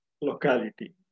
locality